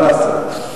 מה לעשות.